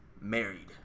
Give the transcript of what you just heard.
Married